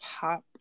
pop